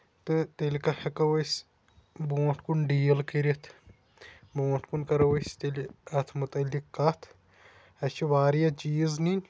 تہٕ تیٚلہِ ہیٚکو أسۍ بونٹھ کُن ڈیٖل کٔرِتھ بونٹھ کُن کرو أسۍ تیٚلہِ اَتھ مُتعلِق کَتھ اَسہِ چھُ واریاہ چیٖز نِنۍ